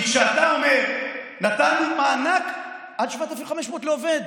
כי כשאתה אומר: נתנו מענק עד 7,500 לעובד,